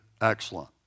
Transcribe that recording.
excellent